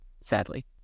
sadly